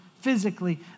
physically